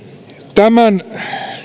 tämän